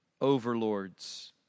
overlords